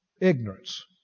Ignorance